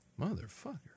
Motherfucker